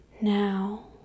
now